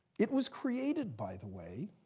it was created, by the way,